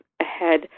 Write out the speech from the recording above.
ahead